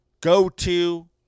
go-to